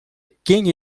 quem